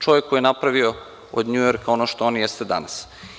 Čovek koji je napravio od Njujorka ono što on jeste danas.